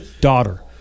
daughter